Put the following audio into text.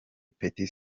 petit